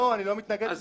לא, אני לא מתנגד.